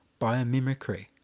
biomimicry